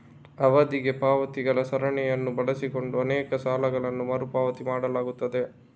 ಅವಧಿಗೆ ಪಾವತಿಗಳ ಸರಣಿಯನ್ನು ಬಳಸಿಕೊಂಡು ಅನೇಕ ಸಾಲಗಳನ್ನು ಮರು ಪಾವತಿ ಮಾಡಲಾಗುತ್ತದೆ